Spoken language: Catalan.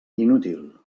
inútil